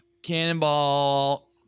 cannonball